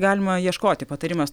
galima ieškoti patarimas